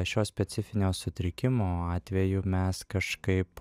šio specifinio sutrikimo atveju mes kažkaip